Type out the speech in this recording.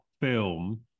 film